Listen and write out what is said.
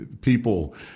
people